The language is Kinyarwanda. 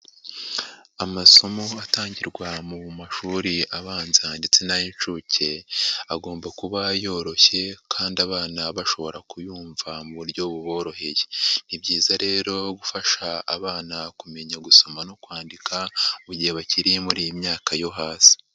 Amasomo atangirwa mu mashuri abanza ndetse n'ay'inshuke, agomba kuba yoroshye kandi abana bashobora kuyumva mu buryo buboroheye. Ni byiza rero gufasha abana kumenya gusoma no kwandika mu gihe bakiri muri iyi myaka yo hasi.